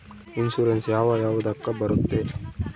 Insurance ಯಾವ ಯಾವುದಕ್ಕ ಬರುತ್ತೆ?